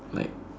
like